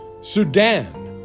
Sudan